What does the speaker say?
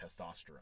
testosterone